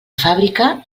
fàbrica